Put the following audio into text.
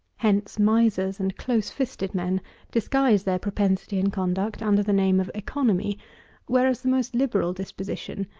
hence misers and close-fisted men disguise their propensity and conduct under the name of economy whereas the most liberal disposition,